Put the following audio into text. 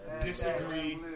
disagree